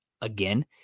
again